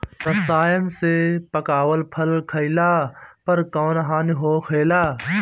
रसायन से पकावल फल खइला पर कौन हानि होखेला?